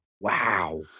Wow